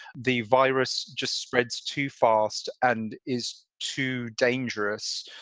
the virus just spreads too fast and is too dangerous.